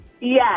Yes